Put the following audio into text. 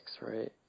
right